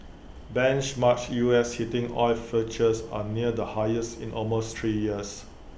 benchmark U S heating oil futures are near the highest in almost three years